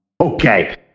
Okay